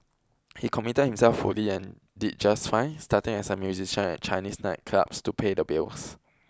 he committed himself fully and did just fine starting as a musician at Chinese nightclubs to pay the bills